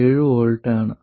7 V ആണ്